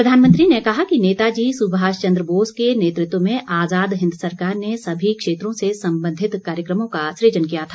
प्रधानमंत्री ने कहा कि नेताजी सुभाष चंद्र बोस के नेतृत्व में आज़ाद हिन्द सरकार ने सभी क्षेत्रों से संबंधित कार्यक्रमों का सुजन किया था